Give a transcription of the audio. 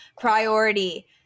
priority